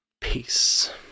Peace